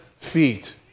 feet